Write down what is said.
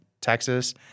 Texas